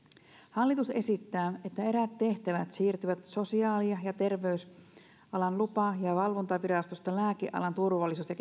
hallitus esittää että eräät tehtävät siirtyvät sosiaali ja terveysalan lupa ja valvontavirastosta lääkealan turvallisuus ja